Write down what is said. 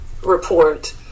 Report